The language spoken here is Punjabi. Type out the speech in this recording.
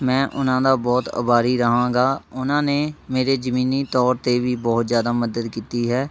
ਮੈਂ ਉਹਨਾਂ ਦਾ ਬਹੁਤ ਅਭਾਰੀ ਰਹਾਂਗਾ ਉਹਨਾਂ ਨੇ ਮੇਰੇ ਜ਼ਮੀਨੀ ਤੌਰ 'ਤੇ ਵੀ ਬਹੁਤ ਜ਼ਿਆਦਾ ਮਦਦ ਕੀਤੀ ਹੈ